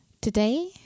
Today